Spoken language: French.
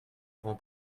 grand